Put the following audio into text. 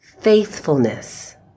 faithfulness